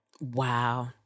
Wow